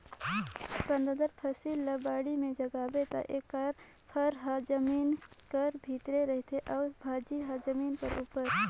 कांदादार फसिल ल बाड़ी में जगाबे ता एकर फर हर जमीन कर भीतरे रहथे अउ भाजी हर जमीन कर उपर